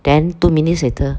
then two minutes later